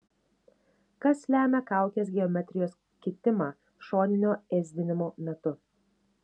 kas lemia kaukės geometrijos kitimą šoninio ėsdinimo metu